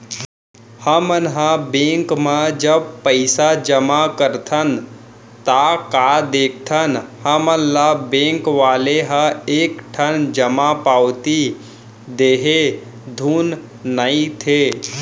हमन ह बेंक म जब पइसा जमा करथन ता का देखथन हमन ल बेंक वाले ह एक ठन जमा पावती दे हे धुन नइ ते